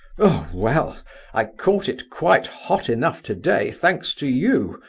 oh well i caught it quite hot enough today, thanks to you.